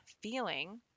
feeling